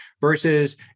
Versus